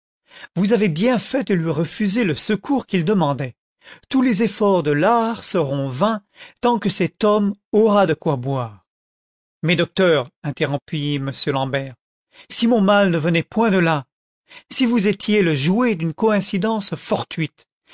vous avez bien fait de lui refuser le secours qu'il demandait tous les efforts de l'art seront vains tant que cet homme aura de quoi boire le docteur interrompit m l'ambert si mon mal ne venait point de là si vous étiez le jouet d'une coïncidence fortuite